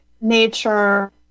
nature